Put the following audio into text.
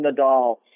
Nadal